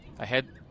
Ahead